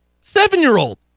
seven-year-old